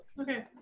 Okay